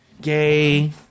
Gay